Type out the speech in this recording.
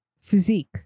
physique